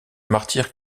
martyr